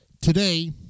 today